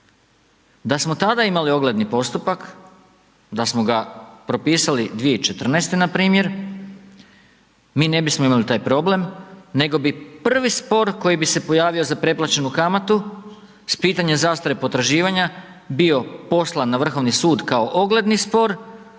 Da smo tada imali ogledni postupak, da smo ga propisali 2014. npr. mi ne bismo imali taj problem, nego bi prvi spor koji bi se pojavio za preplaćenu kamatu, s pitanjem zastare potraživanja, bio poslan na Vrhovni sud kao ogledni spor,